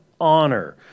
honor